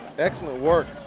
excellent work.